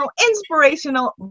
inspirational